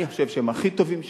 אני חושב שהם הכי טובים שיש,